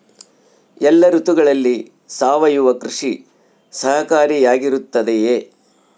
ಎಲ್ಲ ಋತುಗಳಲ್ಲಿ ಸಾವಯವ ಕೃಷಿ ಸಹಕಾರಿಯಾಗಿರುತ್ತದೆಯೇ?